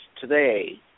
today